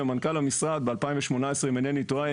למנכ"ל המשרד ב-2018 אם אינני טועה.